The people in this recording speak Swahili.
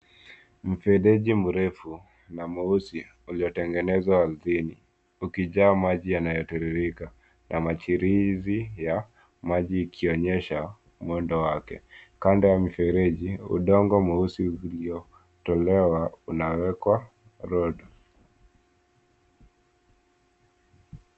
Mfereji mrefu na mweusi uliotengenezwa ardhini ukijaa maji yanayotiririka na machirizi ya maji ikionyesha mwendo wake. Kando ya mfereji, udongo mweusi uliotolewa unawekwa road .